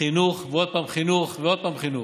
חינוך ועוד פעם חינוך ועוד פעם חינוך.